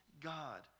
God